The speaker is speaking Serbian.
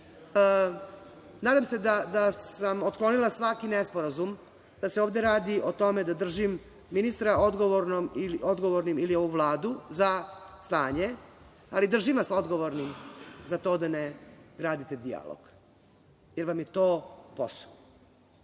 se da sam otklonila svaki nesporazum da se ovde radi o tome da držim ministra odgovornim ili ovu Vladu za stanje, ali držim vas odgovornim za to da ne gradite dijalog, jer vam je to posao.